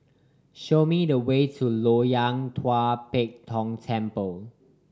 show me the way to Loyang Tua Pek Kong Temple